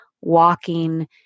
walking